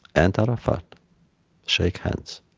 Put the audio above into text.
and arafat shake hands,